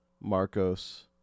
Marcos